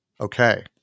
Okay